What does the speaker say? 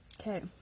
Okay